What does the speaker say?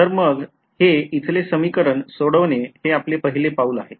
तर मग हे इथले समीकरण सोडवणे हे आपले पहिले पाऊल आहे